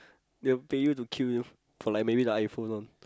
they'll pay you to queue for like maybe the iPhone one